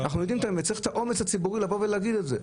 צריך את האומץ הציבורי לבוא ולהגיד את זה.